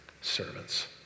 servants